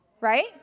Right